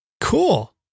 Cool